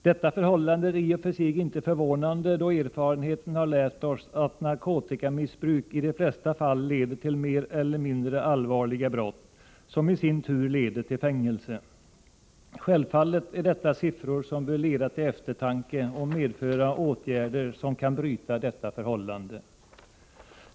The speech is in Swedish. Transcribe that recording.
Detta förhållande är i och för sig inte förvånande, då erfarenheten har lärt oss att narkotikamissbruk i de flesta fall leder till mer eller mindre allvarliga brott, som i sin tur medför fängelse. Självfallet är detta siffror, som bör leda till eftertanke och medföra åtgärder, som kan bryta detta förhållande.